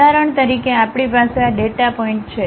ઉદાહરણ તરીકે આપણી પાસે આ ડેટા પોઇન્ટ છે